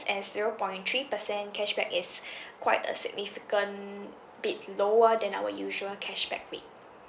as zero point three percent cashback is quite a significant bit lower than our usual cashback rate